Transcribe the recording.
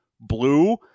blue